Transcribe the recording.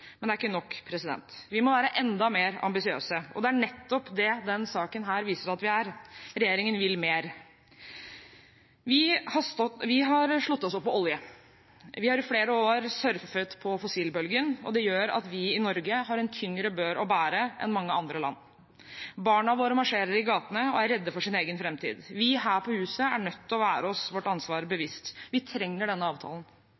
Men det er ikke nok. Vi må være enda mer ambisiøse. Og det er nettopp det denne saken viser at vi er. Regjeringen vil mer. Vi har slått oss opp på olje. Vi har i flere år surfet på fossilbølgen, og det gjør at vi i Norge har en tyngre bør å bære enn mange andre land. Barna våre marsjerer i gatene og er redde for sin egen framtid. Vi her på huset er nødt til å være oss vårt ansvar bevisst. Vi trenger denne avtalen.